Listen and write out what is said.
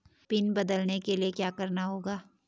Pin बदलने के लिए क्या करना होगा?